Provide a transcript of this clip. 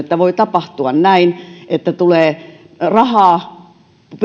siihen että voi tapahtua näin että tulee rahaa